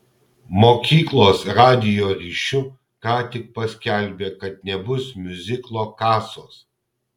mokyklos radijo ryšiu ką tik paskelbė kad nebus miuziklo kasos